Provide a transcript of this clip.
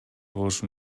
болушу